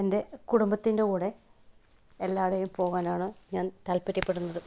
എൻ്റെ കുടുംബത്തിൻ്റെ കൂടെ എല്ലാടെയും പോകാനാണ് ഞാൻ താത്പര്യപ്പെടുന്നത്